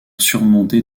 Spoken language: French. surmontée